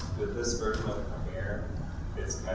with this version of premiere,